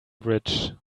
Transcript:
bridge